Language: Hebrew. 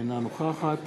אינה נוכחת